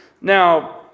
Now